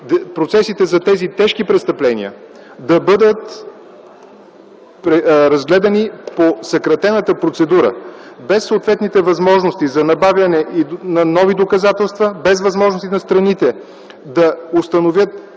процесите за тези тежки престъпления да бъдат разглеждани по съкратената процедура, без съответните възможности за набавяне на нови доказателства, без възможности на страните да установят,